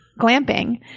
glamping